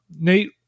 Nate